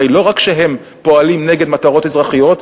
הרי לא רק שהם פועלים נגד מטרות אזרחיות,